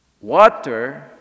water